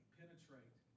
penetrate